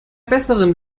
besseren